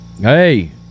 hey